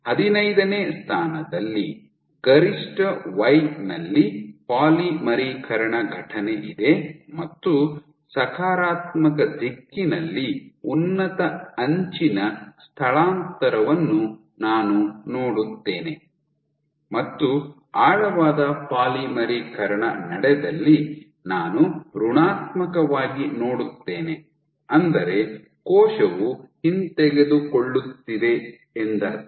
ಹದಿನೈದನೇ ಸ್ಥಾನದಲ್ಲಿ ಗರಿಷ್ಠ ವೈ ನಲ್ಲಿ ಪಾಲಿಮರೀಕರಣ ಘಟನೆ ಇದೆ ಮತ್ತು ಸಕಾರಾತ್ಮಕ ದಿಕ್ಕಿನಲ್ಲಿ ಉನ್ನತ ಅಂಚಿನ ಸ್ಥಳಾಂತರವನ್ನು ನಾನು ನೋಡುತ್ತೇನೆ ಮತ್ತು ಆಳವಾದ ಪಾಲಿಮರೀಕರಣ ನಡೆದಲ್ಲಿ ನಾನು ಋಣಾತ್ಮಕವಾಗಿ ನೋಡುತ್ತೇನೆ ಅಂದರೆ ಕೋಶವು ಹಿಂತೆಗೆದುಕೊಳ್ಳುತ್ತಿದೆ ಎಂದರ್ಥ